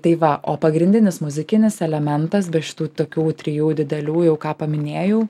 tai va o pagrindinis muzikinis elementas be šitų tokių trijų didelių jau ką paminėjau